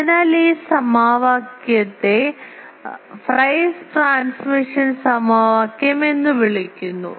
അതിനാൽ ഈ സമവാക്യത്തെ ഫ്രൈസ് ട്രാൻസ്മിഷൻ സമവാക്യം എന്ന് വിളിക്കുന്നു